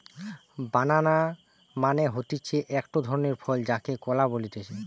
বানানা মানে হতিছে একটো ধরণের ফল যাকে কলা বলতিছে